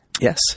Yes